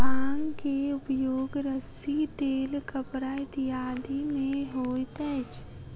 भांग के उपयोग रस्सी तेल कपड़ा इत्यादि में होइत अछि